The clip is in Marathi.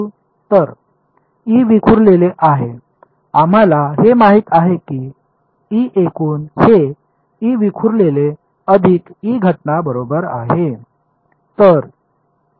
तर E विखुरलेले आहे आम्हाला हे माहित आहे की E एकूण हे E विखुरलेले अधिक E घटना बरोबर आहे